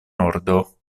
ordo